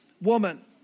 woman